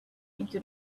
into